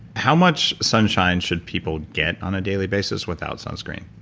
how much sunshine should people get on a daily basis without sunscreen?